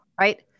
right